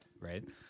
right